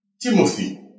Timothy